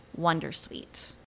wondersuite